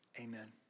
amen